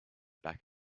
back